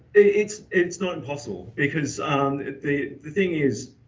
it's it's not impossible because the thing is,